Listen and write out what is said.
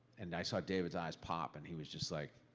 and i saw david's eyes pop and he was just like,